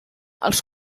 els